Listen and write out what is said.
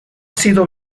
sido